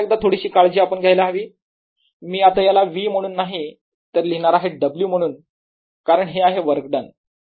पुन्हा एकदा थोडीशी काळजी आपण घ्यायला हवी मी आता याला V म्हणून नाही तर लिहिणार आहे W म्हणून कारण हे आहे वर्क डन